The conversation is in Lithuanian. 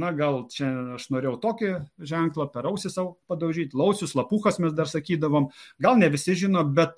na gal čia aš norėjau tokį ženklą per ausį sau padaužyt laucius lapuchas mes dar sakydavom gal ne visi žino bet